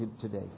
today